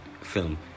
film